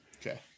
Okay